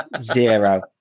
zero